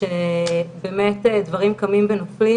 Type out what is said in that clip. שבאמת דברים קמים ונופלים